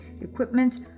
equipment